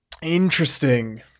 Interesting